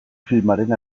filmaren